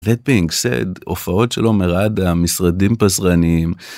הופעות של עומר אדם, משרדים פזרניים.